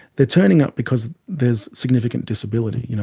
they're turning up because there's significant disability. you know